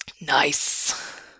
nice